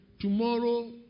Tomorrow